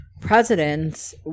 presidents